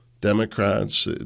Democrats